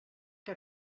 que